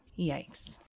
Yikes